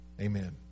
Amen